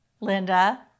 Linda